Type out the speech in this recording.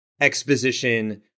exposition